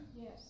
yes